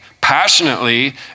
passionately